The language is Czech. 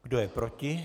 Kdo je proti?